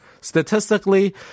statistically